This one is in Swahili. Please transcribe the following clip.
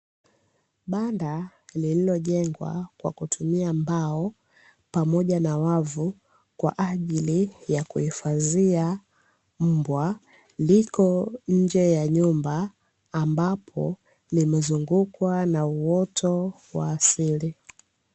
Banda lililojengwa kwa kutumia mbao pamoja na wavu kwa ajili ya kuhifadhia mbwa, liko nje ya nyumba ambapo limezungukwa na uoto wa asili.